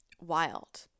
wild